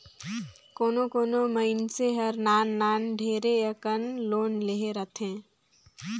कोनो कोनो मइनसे हर नान नान ढेरे अकन लोन लेहे रहथे